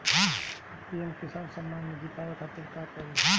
PM किसान समान निधी पावे खातिर का करी?